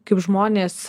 kaip žmonės